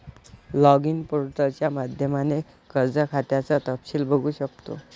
login पोर्टलच्या माध्यमाने कर्ज खात्याचं तपशील बघू शकतो